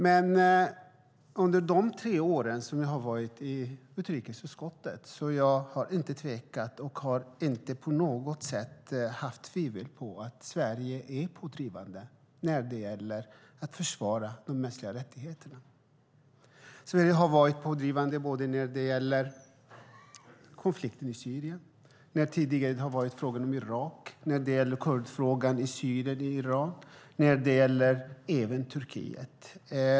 Men under de tre år som jag har suttit i utrikesutskottet har jag inte tvekat, och jag har inte på något sätt hyst tvivel om att Sverige är pådrivande när det gäller att försvara de mänskliga rättigheterna. Sverige har varit pådrivande när det gäller konflikten i Syrien, tidigare i frågan om Irak, i kurdfrågan i Syrien och i Iran och även i Turkiet.